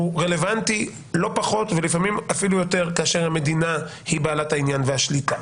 רלוונטי לא פחות ולפעמים אפילו יותר כאשר המדינה היא בעלת העניין והשליטה.